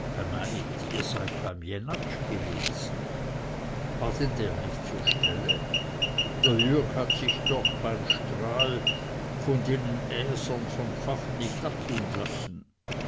ihr seid beim jenatsch gewesen war denn der nicht zur stelle der jürg hat sich doch beim strahl von denen äsern von pfaffen nicht abtun lassen